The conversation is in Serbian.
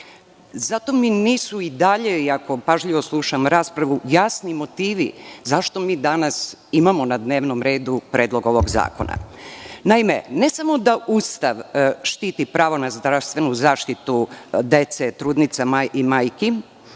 Zato mi nisu i dalje, iako pažljivo slušam raspravu, jasni motivi zašto mi danas imamo na dnevnom redu predlog ovog zakona. Naime, ne samo da Ustav štiti pravo na zdravstvenu zaštitu dece, trudnica i majki